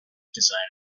designer